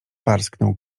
parsknął